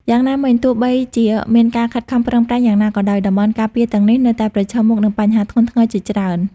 យ៉ាងណាមិញ ទោះបីជាមានការខិតខំប្រឹងប្រែងយ៉ាងណាក៏ដោយ តំបន់ការពារទាំងនេះនៅតែប្រឈមមុខនឹងបញ្ហាធ្ងន់ធ្ងរជាច្រើន។